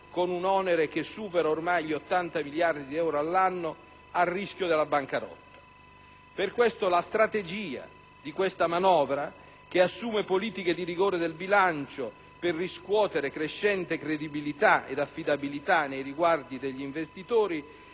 con un onere che supera ormai gli 80 miliardi di euro all'anno - al rischio della bancarotta. Per questo la strategia di questa manovra, che assume politiche di rigore del bilancio per riscuotere crescente credibilità ed affidabilità nei riguardi degli investitori,